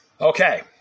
Okay